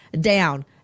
down